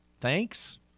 thanks